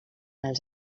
els